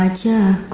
ah to